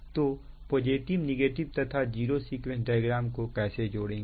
तो positive negative तथा zero sequence diagram को कैसे जोड़ेंगे